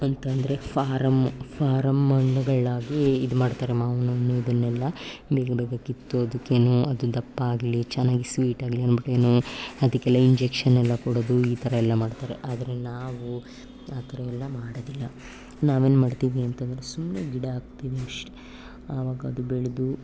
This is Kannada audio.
ಅಂತಂದರೆ ಫಾರಮ್ಮು ಫಾರಮ್ ಹಣ್ಣುಗಳಾಗಿ ಇದು ಮಾಡ್ತಾರೆ ಮಾವಿನಣ್ಣು ಇದನ್ನೆಲ್ಲ ಬೇಗ ಬೇಗ ಕಿತ್ತು ಅದಕ್ಕೆ ಅದು ದಪ್ಪಾಗಲೀ ಚೆನ್ನಾಗಿ ಸ್ವೀಟಾಗಲೀ ಅನ್ಬಿಟ್ಟು ಏನೋ ಅದಕ್ಕೆಲ್ಲ ಇಂಜೆಕ್ಷನ್ ಎಲ್ಲ ಕೊಡೋದು ಈ ಥರ ಎಲ್ಲ ಮಾಡ್ತಾರೆ ಆದರೆ ನಾವು ಆ ಥರ ಎಲ್ಲ ಮಾಡೋದಿಲ್ಲ ನಾವೇನು ಮಾಡ್ತೀವಿ ಅಂತಂದರೆ ಸುಮ್ಮನೆ ಗಿಡ ಹಾಕ್ತೀವಿ ಅಷ್ಟೆ ಆವಾಗ ಅದು ಬೆಳೆದು